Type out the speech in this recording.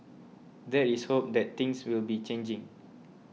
there is hope that things will be changing